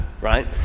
right